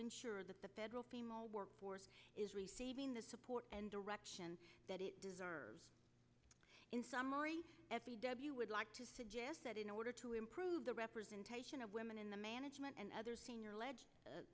ensure that the federal workforce is receiving the support and direction that it deserves in summary at the w would like to suggest that in order to improve the representation of women in the management and other senior alleged